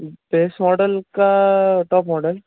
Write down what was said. base model का top model